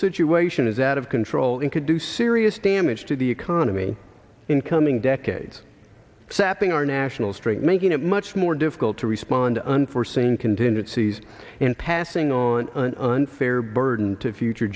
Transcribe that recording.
situation is out of control and could do serious damage to the economy in coming decades sapping our national strength making it much more difficult to respond to unforeseen continue sees in passing on an unfair burden to future